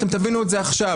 אתם תבינו את זה עכשיו.